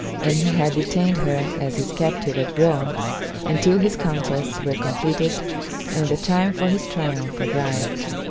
and he had retained her as his captive at rome until his conquests were completed and the time for his triumph arrived.